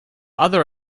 other